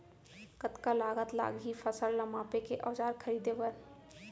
कतका लागत लागही फसल ला मापे के औज़ार खरीदे बर?